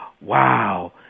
wow